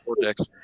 projects